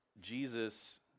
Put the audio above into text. Jesus